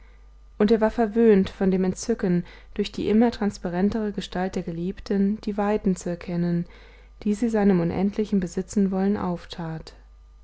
und er war verwöhnt von dem entzücken durch die immer transparentere gestalt der geliebten die weiten zu erkennen die sie seinem unendlichen besitzenwollen auftat